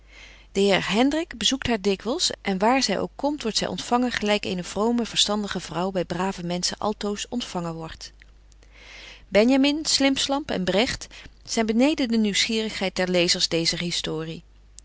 de heer hendrik bezoekt haar dikwyls en waar zy ook komt wordt zy ontfangen gelyk eene vrome verstandige vrouw by brave menschen altoos ontfangen wordt benjamin slimpslamp en bregt zyn beneden de nieuwsgierigheid der lezers deezer historie